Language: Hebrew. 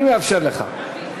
אני מאפשר לך.